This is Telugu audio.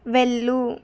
వెళ్ళు